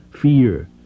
fear